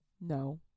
no